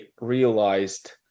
realized